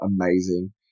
amazing